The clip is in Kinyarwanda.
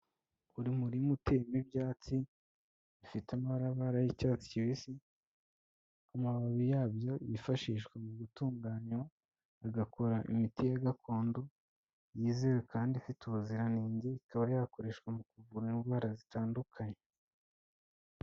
Buri murima utewemo ibyatsi, bifite amabara y'icyatsi kibisi, amababi yabyo yifashishwa mu gutunganywa, agakora imiti ya gakondo yizewe kandi ifite ubuziranenge, ikaba yakoreshwa mu kuvura indwara zitandukanye.